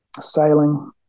sailing